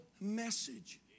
Message